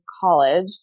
college